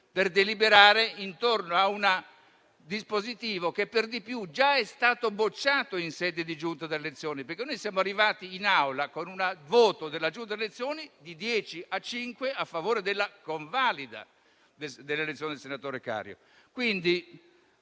per deliberare intorno a un dispositivo che per di più è già stato bocciato in sede di Giunta delle elezioni. Infatti siamo arrivati in Aula con un voto della Giunta delle elezioni di 10 a 5 a favore della convalida dell'elezione del senatore Cario.